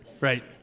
right